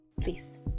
please